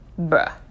bruh